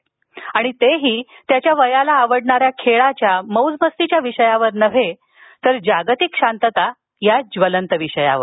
अन तेही त्याच्या वयाला आवडणाऱ्या खेळाच्या मौजमस्तीच्या विषयावर नव्हे तर जागतिक शांतता या ज्वलंत विषयावर